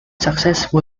successful